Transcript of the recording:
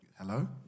Hello